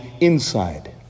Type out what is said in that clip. inside